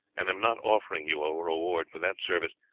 and am not offering you a reward for that service,